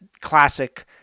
classic